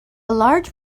large